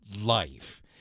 life